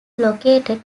located